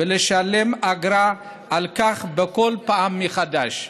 ולשלם אגרה בכל פעם מחדש.